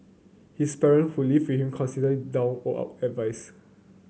his parent who live him constantly doled out advice